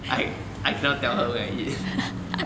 I I cannot tell her when I eat